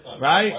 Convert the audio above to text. Right